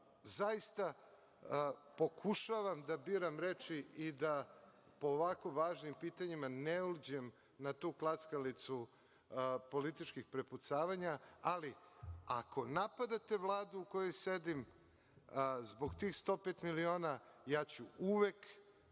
pokušavam da biram reči i da po ovako važnim pitanjima ne uđem na tu klackalicu političkih prepucavanja, ali ako napadate Vladu u kojoj sedim zbog tih 105 miliona, ja ću uvek